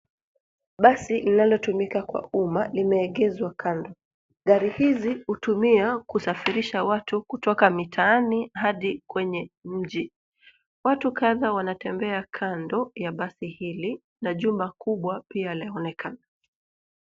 Basi linalotumika kwa umma limeegeshwa kando. Gari hizi hutumia kusafirisha watu kutoka mitaani hadi kwenye mji. Watu kadhaa wanatembea kando ya basi hili na jumba kubwa pia laonekana.